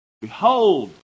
Behold